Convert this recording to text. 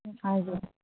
हजुर